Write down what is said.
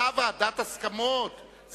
היתה ועדת הסכמות,